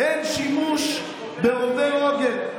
אין שימוש ברובי רוגר.